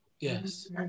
Yes